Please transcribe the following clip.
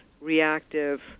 reactive